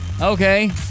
Okay